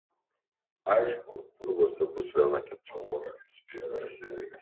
aišku turguose bus viena kita uoga spėjo verslininkas